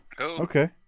Okay